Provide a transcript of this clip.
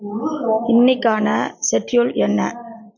இன்றைக்கான செட்யூல் என்ன